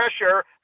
pressure